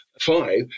five